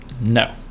No